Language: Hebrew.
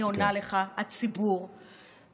אני עונה לך שהציבור מבין שאתם הולכים,